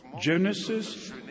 Genesis